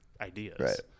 ideas